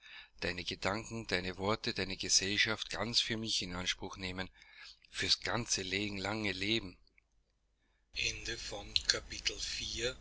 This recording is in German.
deine gedanken deine worte deine gesellschaft ganz für mich in anspruch nehmen fürs ganze lange leben